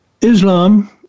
Islam